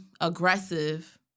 aggressive